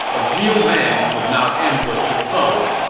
a real man would not ambush his foe.